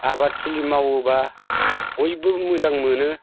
आबाद थिलि मावोब्ला बयबो मोजां मोनो